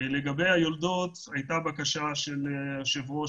לגבי היולדות הייתה בקשה של היושב ראש